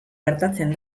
gertatzen